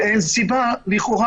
ואין סיבה לכאורה,